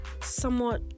somewhat